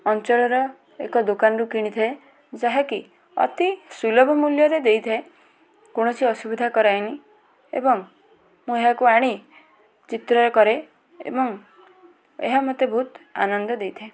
ଅଞ୍ଚଳର ଏକ ଦୋକାନରୁ କିଣିଥାଏ ଯାହାକି ଅତି ସୁଲଭ ମୂଲ୍ୟରେ ଦେଇଥାଏ କୌଣସି ଅସୁବିଧା କରାଏନି ଏବଂ ମୁଁ ଏହାକୁ ଆଣି ଚିତ୍ର କରେ ଏବଂ ଏହା ମୋତେ ବହୁତ ଆନନ୍ଦ ଦେଇଥାଏ